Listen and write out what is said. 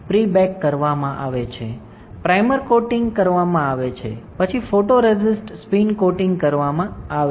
pre bake કરવામાં આવે છે પ્રાઇમર કોટિંગ કરવામાં આવે છે પછી ફોટોરેસિસ્ટ સ્પિન કોટિંગ કરવામાં આવે છે